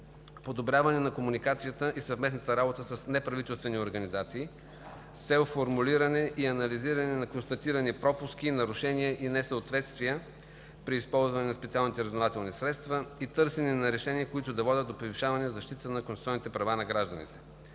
подобряване на комуникацията и съвместната работа с неправителствени организации с цел формулиране и анализиране на констатирани пропуски, нарушения и несъответствия при използване на специалните разузнавателни средства, и търсене на решения, които да водят до повишаване защитата на конституционните права на гражданите;